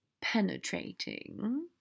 penetrating